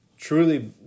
truly